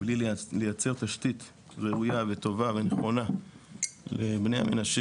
בלי לייצר תשתית ראויה וטובה ונכונה לבני המנשה